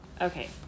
okay